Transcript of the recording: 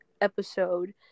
episode